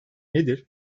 nedir